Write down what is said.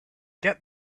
get